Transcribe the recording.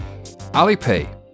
Alipay